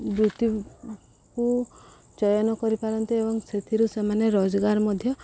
ବୃତ୍ତିକୁ ଚୟନ କରିପାରନ୍ତେ ଏବଂ ସେଥିରୁ ସେମାନେ ରୋଜଗାର ମଧ୍ୟ